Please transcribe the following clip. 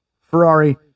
Ferrari